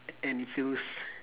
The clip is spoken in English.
and feels